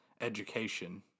education